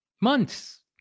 months